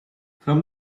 from